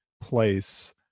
place